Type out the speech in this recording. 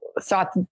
thought